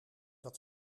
dat